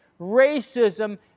racism